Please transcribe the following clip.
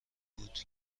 بود